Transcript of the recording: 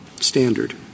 standard